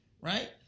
Right